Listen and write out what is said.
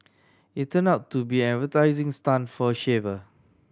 it turned out to be an advertising stunt for a shaver